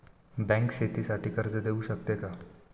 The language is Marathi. बँक शेतीसाठी कर्ज देऊ शकते का?